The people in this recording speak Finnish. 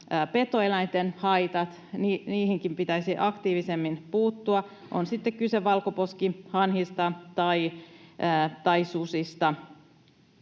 petoeläinten haitat. Niihinkin pitäisi aktiivisemmin puuttua, on sitten kyse valkoposkihanhista tai susista.